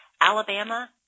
Alabama